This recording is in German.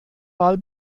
wahl